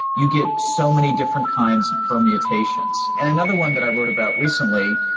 you get so many different kinds of permutations. and another one that i wrote about recently,